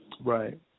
Right